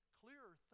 clearer